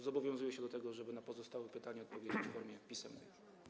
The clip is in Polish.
Zobowiązuję się do tego, żeby na pozostałe pytania odpowiedzieć w formie pisemnej.